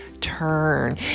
turn